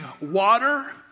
water